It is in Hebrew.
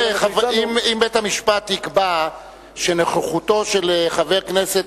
אם בית-המשפט יקבע שנוכחותו של חבר כנסת